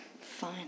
Fine